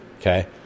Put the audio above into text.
Okay